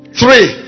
three